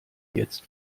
jetzt